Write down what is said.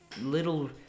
little